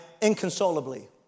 inconsolably